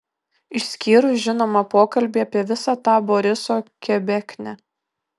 išskyrus žinoma pokalbį apie visą tą boriso kebeknę